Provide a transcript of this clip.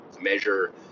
measure